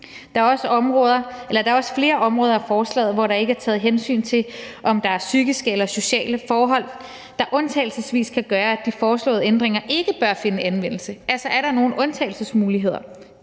Der er også flere områder af forslaget, hvor der ikke er taget hensyn til, om der er psykiske eller sociale forhold, der undtagelsesvis kan gøre, at de foreslåede ændringer ikke bør finde anvendelse – altså, er der nogle undtagelsesmuligheder